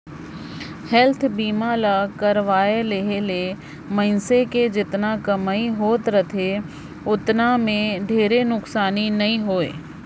health बीमा ल करवाये लेहे ले मइनसे के जेतना कमई होत रथे ओतना मे ढेरे नुकसानी नइ होय